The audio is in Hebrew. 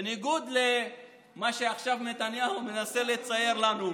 בניגוד למה שעכשיו נתניהו מנסה לצייר לנו.